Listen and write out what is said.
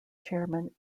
chairman